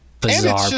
bizarre